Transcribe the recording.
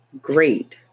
great